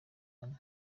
hano